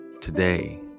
Today